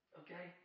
okay